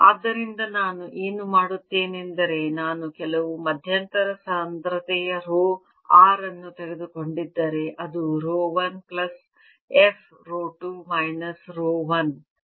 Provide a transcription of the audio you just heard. ಆದ್ದರಿಂದ ನಾನು ಏನು ಮಾಡುತ್ತೇನೆಂದರೆ ನಾನು ಕೆಲವು ಮಧ್ಯಂತರ ಸಾಂದ್ರತೆಯ ರೋ r ಅನ್ನು ತೆಗೆದುಕೊಂಡಿದ್ದರೆ ಅದು rho 1 plus f rho 2 minus rho 1